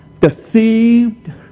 deceived